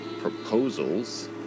proposals